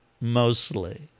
mostly